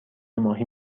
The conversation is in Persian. ماهی